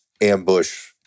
ambush